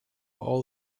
all